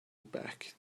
back